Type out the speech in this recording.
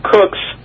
Cook's